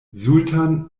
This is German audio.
sultan